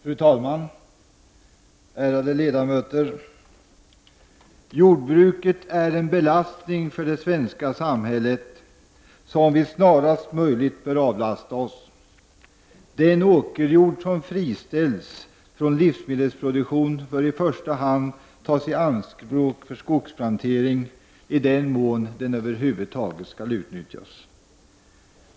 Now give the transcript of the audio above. Fru talman! Ärade ledamöter! Jordbruket är en belastning för det svenska samhället som vi snarast möjligt bör avlasta oss. Den åkerjord som friställs från livsmedelsproduktion bör i första hand tas i anspråk för skogsplantering, i den mån den över huvud taget skall utnyttjas.